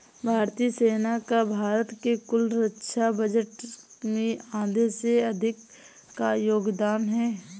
भारतीय सेना का भारत के कुल रक्षा बजट में आधे से अधिक का योगदान है